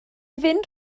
fynd